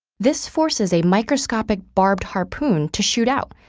this forces a microscopic barbed harpoon to shoot out,